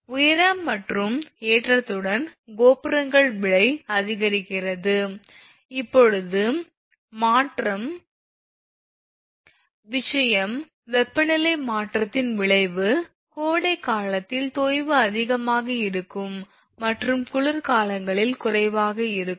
எனவே உயரம் மற்றும் ஏற்றத்துடன் கோபுரங்களின் விலை அதிகரிக்கிறது இப்போது மற்றொரு விஷயம் வெப்பநிலை மாற்றத்தின் விளைவு கோடை காலத்தில் தொய்வு அதிகமாக இருக்கும் மற்றும் குளிர்காலத்தில் குறைவாக இருக்கும்